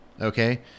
okay